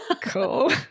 Cool